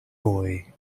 boy